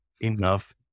enough